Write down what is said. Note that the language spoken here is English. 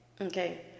okay